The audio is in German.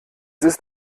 ist